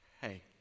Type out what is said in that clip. hey